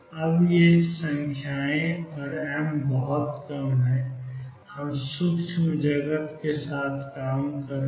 अब ये संख्याएँ और m बहुत कम हैं हम सूक्ष्म जगत के साथ काम कर रहे हैं